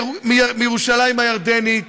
מירושלים הירדנית,